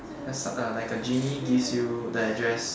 that's like a genie gives you the address